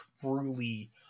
truly